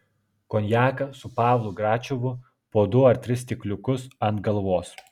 konjaką su pavlu gračiovu po du ar tris stikliukus ant galvos